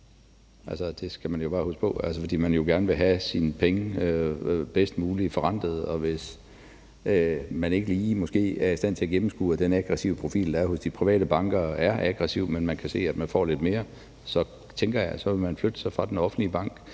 Det skal vi jo bare huske på, altså fordi man jo gerne vil have sine penge bedst muligt forrentet, og hvis man måske ikke lige er i stand til at gennemskue den aggressive profil, der er hos de private banker, altså at den er aggressiv, men kan se, at man får lidt mere, så tænker jeg, at man vil flytte sig fra den offentlige bank